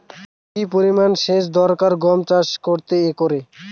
কি পরিমান সেচ দরকার গম চাষ করতে একরে?